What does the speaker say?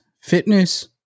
fitness